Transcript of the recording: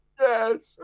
Yes